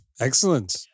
Excellent